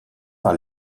par